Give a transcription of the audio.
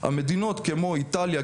מדינות כמו איטליה,